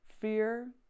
fear